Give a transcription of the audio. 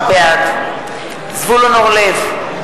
בעד זבולון אורלב,